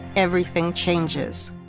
everything changes